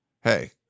Hey